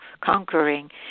conquering